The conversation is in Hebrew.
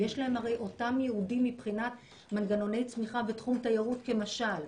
הרי יש להם אותם ייעודים מבחינת מנגנוני צמיחה ותחום תיירות כמשל,